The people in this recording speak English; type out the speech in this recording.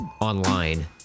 online